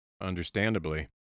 Understandably